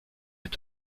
est